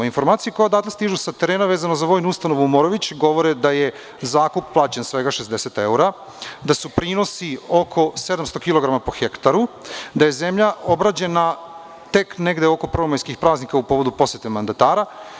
Informacije koje odatle stižu sa terena, vezano za vojnu ustanovu Morović, govore da je zakup plaćen svega 60 evra, da su prinosi oko 700 kilograma po hektaru, da je zemlja obrađena tek negde oko prvomajskih praznika u povodu posete mandatara.